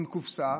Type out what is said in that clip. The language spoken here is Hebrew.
עם קופסה,